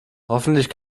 hoffentlich